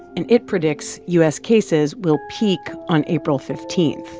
and it predicts u s. cases will peak on april fifteen.